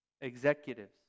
executives